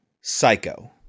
Psycho